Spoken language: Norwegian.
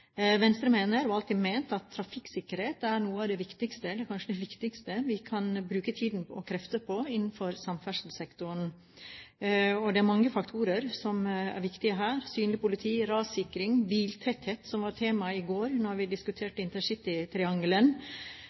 Venstre mener og har alltid ment at trafikksikkerhet er noe av det viktigste – kanskje det viktigste – vi kan bruke tid og krefter på innenfor samferdselssektoren. Det er mange faktorer som er viktige her: synlig politi, rassikring, biltetthet, som var tema i går da vi diskuterte